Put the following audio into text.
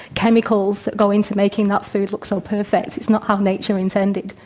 chemicals that go into making that food look so perfect, it's not how nature intended.